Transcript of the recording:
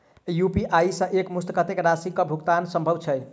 UPI सऽ एक मुस्त कत्तेक राशि कऽ भुगतान सम्भव छई?